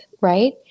right